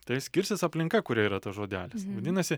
tai skirsis aplinka kurioje yra tas žodelis vadinasi